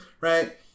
right